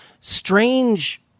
strange